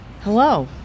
Hello